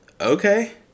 okay